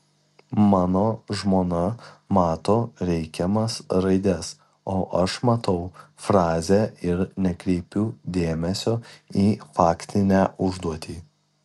mano žmona mato reikiamas raides o aš matau frazę ir nekreipiu dėmesio į faktinę užduotį